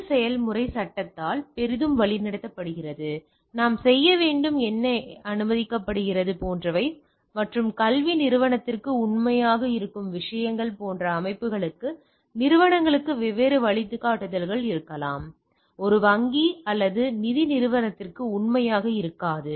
இந்த செயல்முறை சட்டத்தால் பெரிதும் வழிநடத்தப்படுகிறது நாம் என்ன செய்ய வேண்டும் என்ன அனுமதிக்கப்படுகிறது போன்றவை மற்றும் கல்வி நிறுவனத்திற்கு உண்மையாக இருக்கும் விஷயங்கள் போன்ற அமைப்புகளுக்கு நிறுவனங்களுக்கு வெவ்வேறு வழிகாட்டுதல்கள் இருக்கலாம் ஒரு வங்கி அல்லது நிதி நிறுவனத்திற்கு உண்மையாக இருக்காது